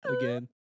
again